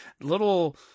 Little